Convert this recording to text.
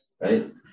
right